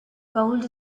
gold